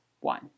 One